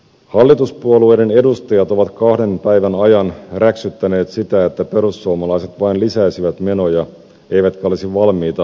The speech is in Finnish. hallituspuolueiden edustajat ovat kahden päivän ajan räksyttäneet sitä että perussuomalaiset vain lisäisivät menoja eivätkä olisi valmiita menoleikkauksiin